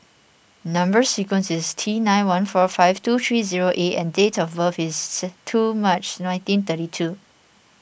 Number Sequence is T nine one four five two three zero A and date of birth is two March nineteen thirty two